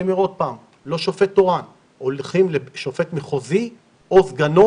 אין שופט תורן, הולכים לנשיא מחוזי או לסגן שלו